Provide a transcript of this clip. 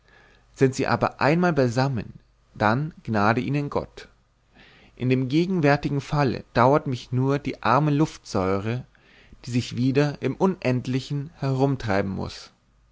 sind sie aber einmal beisammen dann gnade ihnen gott in dem gegenwärtigen falle dauert mich nur die arme luftsäure die sich wieder im unendlichen herumtreiben muß